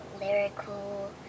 lyrical